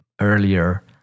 earlier